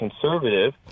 conservative